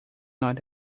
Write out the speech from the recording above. not